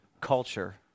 culture